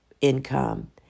income